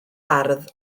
ardd